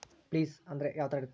Place ಅಂದ್ರೆ ಯಾವ್ತರ ಇರ್ತಾರೆ?